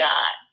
God